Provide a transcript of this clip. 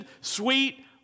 sweet